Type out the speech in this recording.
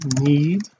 need